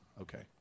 Okay